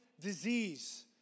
disease